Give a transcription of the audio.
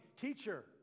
Teacher